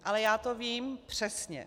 Ale já to vím přesně.